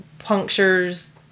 punctures